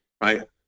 right